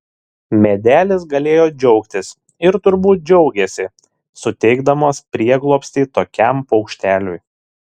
medelis galėjo džiaugtis ir turbūt džiaugėsi suteikdamas prieglobstį tokiam paukšteliui